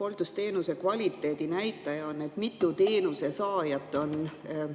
hooldusteenuse kvaliteedi näitaja. See on see, kui mitu teenuse saajat on